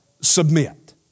submit